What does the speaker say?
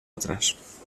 otras